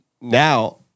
Now